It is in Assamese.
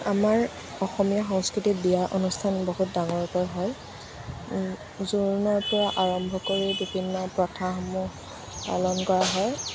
আমাৰ অসমীয়া সংস্কৃতিত বিয়া অনুষ্ঠান বহুত ডাঙৰকৈ হয় জোৰণৰ পৰা আৰম্ভ কৰি বিভিন্ন প্ৰথাসমূহ পালন কৰা হয়